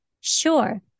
sure